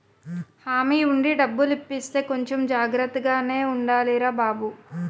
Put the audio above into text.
హామీ ఉండి డబ్బులు ఇప్పిస్తే కొంచెం జాగ్రత్తగానే ఉండాలిరా బాబూ